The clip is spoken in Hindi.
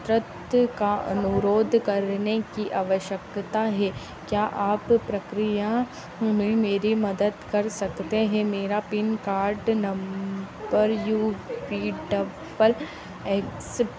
सत्य का अनुरोध करने की आवश्कता है क्या आप प्रक्रिया में मेरी मदद कर सकते हैं मेरा PAN card number U B double x